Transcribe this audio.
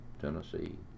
Tennessee